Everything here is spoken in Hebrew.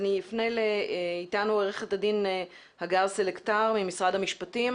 איתנו עורכת הדין הגר סלקטר ממשרד המשפטים.